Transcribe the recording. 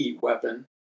weapon